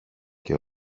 και